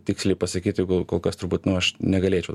tiksliai pasakyt kol kas turbūt nu aš negalėčiau